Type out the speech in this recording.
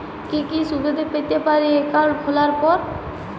কি কি সুবিধে পেতে পারি একাউন্ট খোলার পর?